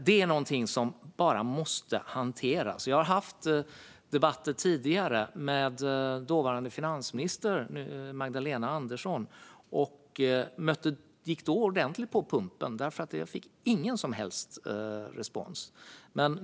Det är någonting som bara måste hanteras. Jag har tidigare haft debatter med den dåvarande finansministern Magdalena Andersson. Jag gick då ordentligt på pumpen; jag fick ingen som helst respons.